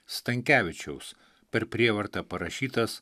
stankevičiaus per prievartą parašytas